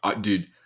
Dude